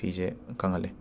ꯐꯤꯁꯦ ꯀꯪꯍꯜꯂꯦ